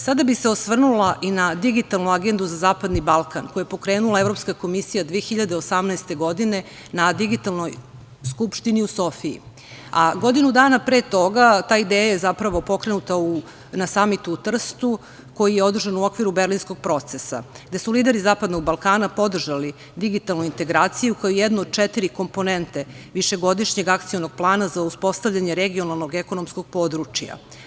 Sada bih se osvrnula i na digitalnu agendu za zapadni Balkan koji je pokrenula Evropska komisija 2018. godine na digitalnoj Skupštini u Sofiji, a godinu dana pre toga ta ideja je zapravo pokrenuta na samitu u Trstu koji je održan u okviru berlinskog procesa gde su lideri zapadnog Balkana podržali digitalnu integraciju kao jednu od četiri komponente višegodišnjeg akcionog plana za uspostavljanje regionalnog ekonomskog područja.